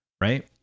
Right